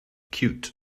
cute